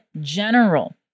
general